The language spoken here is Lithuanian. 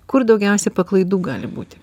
kur daugiausia paklaidų gali būti